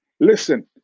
Listen